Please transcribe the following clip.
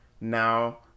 now